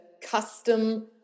custom